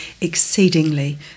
exceedingly